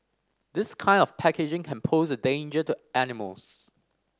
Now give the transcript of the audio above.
this kind of packaging can pose a danger to animals